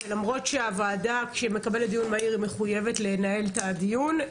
ולמרות שהוועדה כשהיא מקבלת נושא לדיון מהיר היא מחויבת לנהל את הדיון,